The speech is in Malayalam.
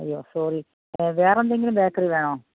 അയ്യോ സോറി വേറെ എന്തെങ്കിലും ബേക്കറി വേണോ